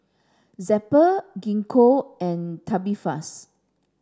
Zappy Gingko and Tubifast